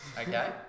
Okay